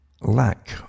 lack